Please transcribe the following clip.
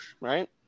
right